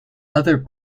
other